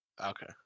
Okay